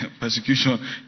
Persecution